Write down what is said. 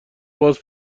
باز